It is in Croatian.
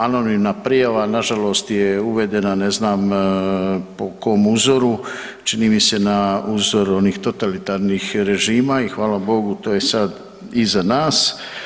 Anonimna prijava nažalost je uvedena, ne znam po kom uzoru, čini mi se na uzoru onih totalitarnih režima i hvala Bogu, to je sad iza nas.